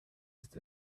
ist